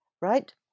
right